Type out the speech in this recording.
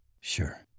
sure